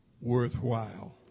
worthwhile